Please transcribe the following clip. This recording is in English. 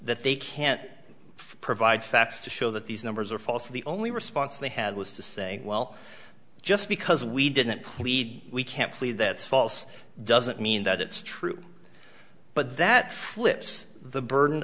that they can't provide facts to show that these numbers are false so the only response they had was to say well just because we didn't plead we can't believe that's false doesn't mean that it's true but that flips the burden